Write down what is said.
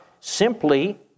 simply